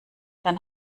dann